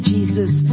Jesus